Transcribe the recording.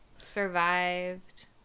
survived